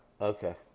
Okay